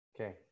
Okay